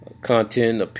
content